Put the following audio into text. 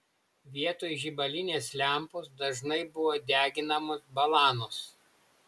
vietoj žibalinės lempos dažnai buvo deginamos balanos